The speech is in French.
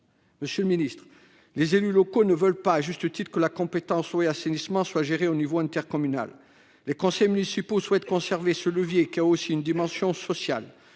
Madame la ministre, les élus locaux ne veulent pas, à juste titre, que la compétence eau et assainissement soit gérée à l'échelle intercommunale. Les conseils municipaux souhaitent conserver ce levier, qui a aussi une dimension sociale.